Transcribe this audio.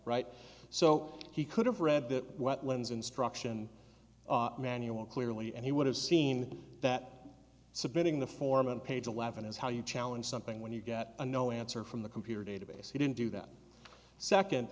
right so he could have read the wetlands instruction manual clearly and he would have seen that submitting the form of page eleven is how you challenge something when you get a no answer from the computer database he didn't do that second